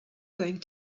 going